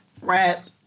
rap